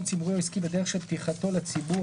ציבורי או עסקי בדרך של פתיחתו לציבור,